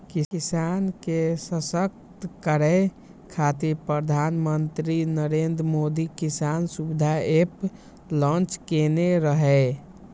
किसान के सशक्त करै खातिर प्रधानमंत्री नरेंद्र मोदी किसान सुविधा एप लॉन्च केने रहै